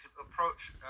approach